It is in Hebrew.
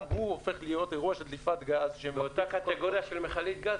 גם הוא הופך להיות אירוע של דליפת גז --- מאותה קטגוריה של מכלית גז?